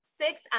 six